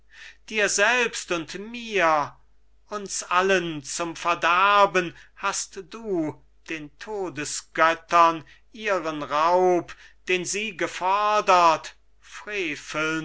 dir selbst und mir uns allen zum verderben hast du den todesgöttern ihren raub den sie gefordert